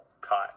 cut